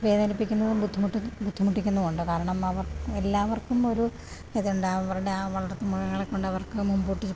വേദനിപ്പിക്കുന്നു ബുദ്ധിമുട്ട് ബുദ്ധിമുട്ടിക്കുന്നു ഉണ്ട് കാരണമവർ എല്ലാവർക്കും ഒരു ഇതുണ്ട് അവരുടെ ആ വളർത്തു മൃഗങ്ങളെ കൊണ്ട് അവർക്കു മുമ്പോട്ട്